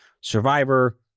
Survivor